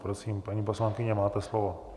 Prosím, paní poslankyně, máte slovo.